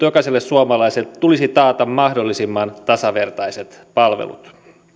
jokaiselle suomalaiselle tulisi taata mahdollisimman tasavertaiset palvelut